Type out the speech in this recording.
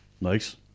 nice